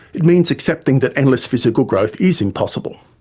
it means accepting that endless physical growth is impossible.